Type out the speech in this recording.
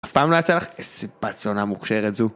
אף פעם לא יצא לך, איזו בת זונה מוכשרת זו